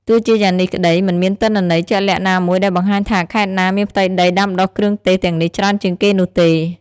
ទោះជាយ៉ាងនេះក្តី មិនមានទិន្នន័យជាក់លាក់ណាមួយដែលបង្ហាញថាខេត្តណាមានផ្ទៃដីដាំដុះគ្រឿងទេសទាំងនេះច្រើនជាងគេនោះទេ។